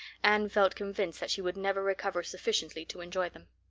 anne felt convinced that she would never recover sufficiently to enjoy them.